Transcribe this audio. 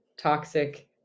toxic